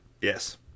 Yes